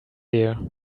here